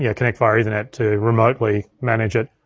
yeah connect via ethernet to remotely manage it.